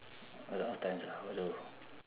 a lot of times ah !aduh!